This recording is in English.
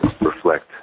reflect